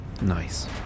Nice